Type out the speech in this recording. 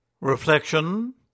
Reflection